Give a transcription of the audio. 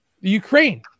Ukraine